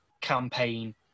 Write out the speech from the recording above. campaign